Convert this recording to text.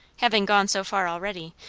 having gone so far already,